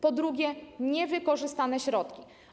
Po drugie, niewykorzystane środki.